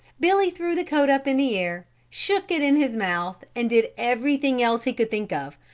billy threw the coat up in the air, shook it in his mouth and did everything else he could think of,